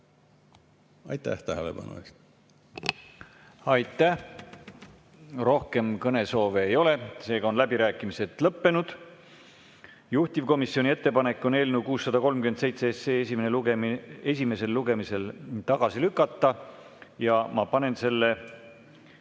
Aitäh tähelepanu eest! Aitäh! Rohkem kõnesoove ei ole, seega on läbirääkimised lõppenud. Juhtivkomisjoni ettepanek on eelnõu 637 esimesel lugemisel tagasi lükata ja ma panen selle